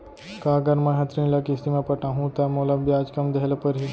का अगर मैं हा ऋण ल किस्ती म पटाहूँ त मोला ब्याज कम देहे ल परही?